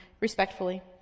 respectfully